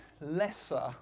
lesser